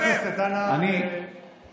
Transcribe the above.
חברי הכנסת, אנא שמרו על השקט.